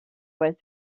was